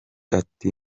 ati